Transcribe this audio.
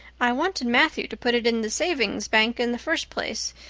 i wanted matthew to put it in the savings bank in the first place,